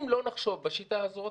אם לא נחשוב בשיטה הזאת,